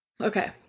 Okay